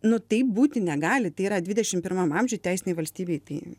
nu taip būti negali tai yra dvidešim pirmam amžiuj teisinėj valstybėj tai